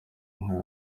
nka